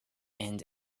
and